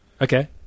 Okay